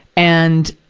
and,